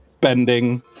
bending